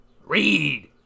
Read